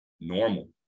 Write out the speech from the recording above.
normal